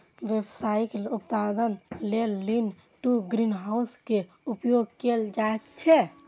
व्यावसायिक उत्पादन लेल लीन टु ग्रीनहाउस के उपयोग कैल जाइ छै